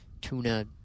tuna